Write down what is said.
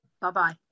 Bye-bye